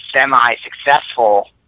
semi-successful